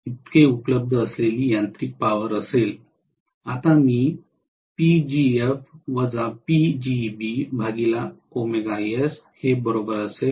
आता उपलब्ध असलेली यांत्रिक पॉवर असेल